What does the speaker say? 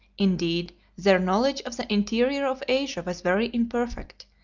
indeed, their knowledge of the interior of asia was very imperfect,